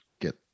get